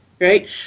right